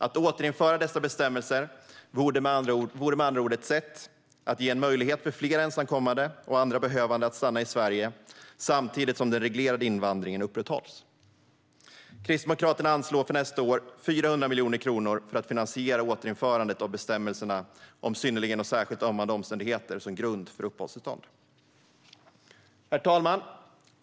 Att återinföra dessa bestämmelser vore med andra ord ett sätt att ge möjlighet för fler ensamkommande och andra behövande att stanna i Sverige samtidigt som den reglerade invandringen upprätthålls. Kristdemokraterna anslår för nästa år 400 miljoner kronor för att finansiera återinförandet av bestämmelserna om synnerligen och särskilt ömmande omständigheter som grund för uppehållstillstånd. Herr talman!